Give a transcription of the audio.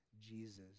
Jesus